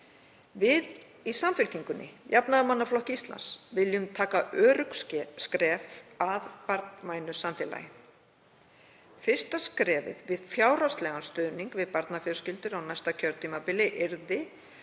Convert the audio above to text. Við í Samfylkingunni – Jafnaðarmannaflokki Íslands viljum taka örugg skref að barnvænu samfélagi. Fyrsta skrefið við fjárhagslegan stuðning við barnafjölskyldur á næsta kjörtímabili yrði